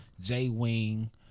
J-Wing